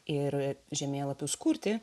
ir žemėlapius kurti